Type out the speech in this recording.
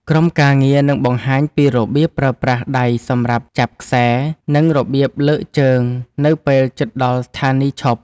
ក្រុមការងារនឹងបង្ហាញពីរបៀបប្រើប្រាស់ដៃសម្រាប់ចាប់ខ្សែ និងរបៀបលើកជើងនៅពេលជិតដល់ស្ថានីយឈប់។